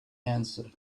answer